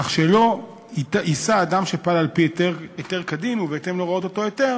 כך שלא יישא אדם שפעל על-פי היתר כדין ובהתאם להוראות אותו היתר